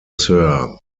sir